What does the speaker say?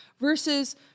versus